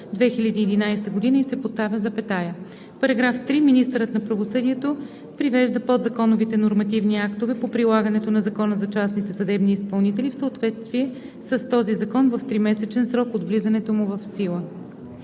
2011 г.“ и се поставя запетая. § 3. Министърът на правосъдието привежда подзаконовите нормативни актове по прилагането на Закона за частните съдебни изпълнители в съответствие с този закон в 3-месечен срок от влизането му в сила.“